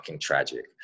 tragic